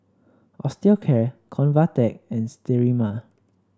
Osteocare Convatec and Sterimar